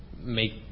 make